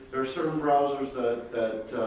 there are certain browsers that